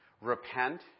Repent